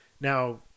Now